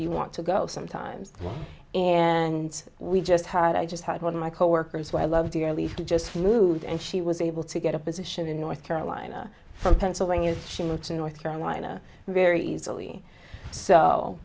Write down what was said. you want to go sometimes and we just had i just had one of my coworkers who i love dearly just moved and she was able to get a position in north carolina from pennsylvania it's in north carolina very easily so